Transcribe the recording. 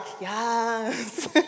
yes